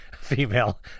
female